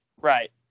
right